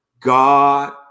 God